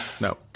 No